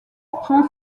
prend